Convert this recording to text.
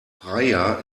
praia